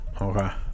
Okay